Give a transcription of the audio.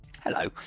Hello